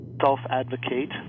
self-advocate